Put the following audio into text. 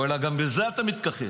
ואללה, גם לזה אתה מתכחש.